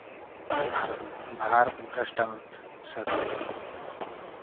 भरत भारत भ्रष्टाचार मुक्त सरकार बनाओ